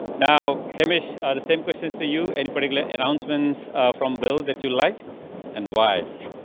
now him ish the same questions to you. any particular announcements from bill that you like and why?